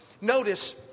Notice